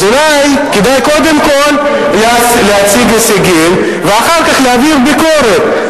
אז אולי כדאי קודם כול להציג הישגים ואחר כך להעביר ביקורת.